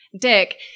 dick